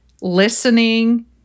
listening